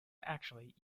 actually